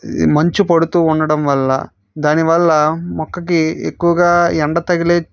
మంచు పడుతూ ఉండడం వల్ల దానివల్ల మొక్కకి ఎక్కువగా ఎండ తగిలే